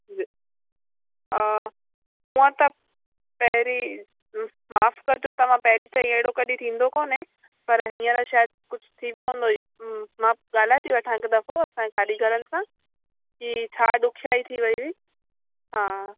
वि हूअं त पहिरीं माफ़ु कजो तव्हां पहिरीं त अहिड़ो कॾहिं थींदो कोन्हे पर हींअर शायदि कुझु थी वियो हूंदो मां ॻाल्हाए थी वठां हिकु दफ़ो असांजे कारीगरनि सां की छा ॾुखियाई थी वई हुई हा